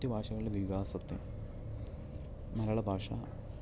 മറ്റു ഭാഷകളുടെ വികാസത്തെ മലയാള ഭാഷ